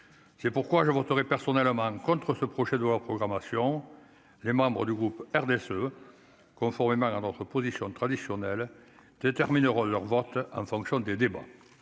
c'est pourquoi je voterai personnellement contre ce projet de loi de programmation, les membres du groupe RDSE conformément à notre position traditionnelle détermineront leur vote en fonction des débats,